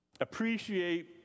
appreciate